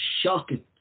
shocking